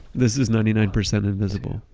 this is ninety nine percent invisible.